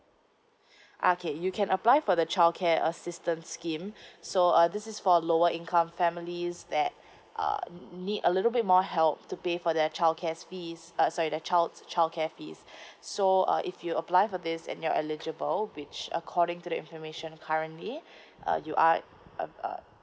okay you can apply for the childcare assistance scheme so uh this is for lower income family is that uh need a little bit more help to pay for their child care's fees uh sorry their child's childcare fees so uh if you apply for this and you're eligible which according to the information currently uh you are uh uh